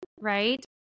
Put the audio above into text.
right